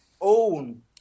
own